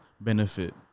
benefit